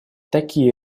такие